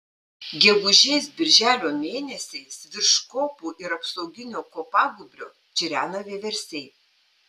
gegužės birželio mėnesiais virš kopų ir apsauginio kopagūbrio čirena vieversiai